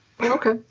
Okay